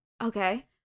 okay